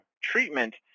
treatment